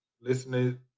listening